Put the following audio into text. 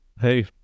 hey